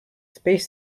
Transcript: space